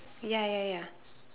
ya ya ya